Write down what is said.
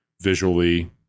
visually